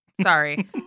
Sorry